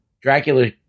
Dracula